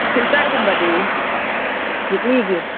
ꯐꯤꯜꯇꯔꯒꯨꯝꯕꯗꯤ ꯂꯤꯛꯂꯤꯒꯤ